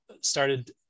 started